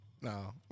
no